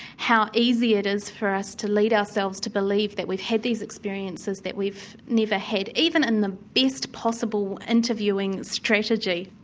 how easy it is for us to lead ourselves to believe that we've had these experiences, that we've never had even in the best possible interviewing strategy.